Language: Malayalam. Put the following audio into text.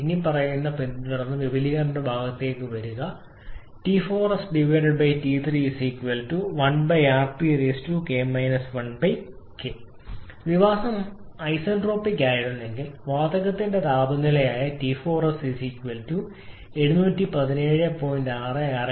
ഇനിപ്പറയുന്നവ പിന്തുടർന്ന് വിപുലീകരണ ഭാഗത്തേക്ക് വരിക ഒരേ വഴി വികാസം ഐസെൻട്രോപിക് ആയിരുന്നെങ്കിൽ വാതകത്തിന്റെ താപനിലയായ T4s 717